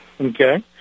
Okay